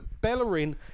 Bellerin